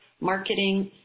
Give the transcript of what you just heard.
marketing